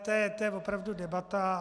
To je opravdu debata.